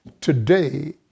today